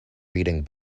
reading